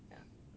ya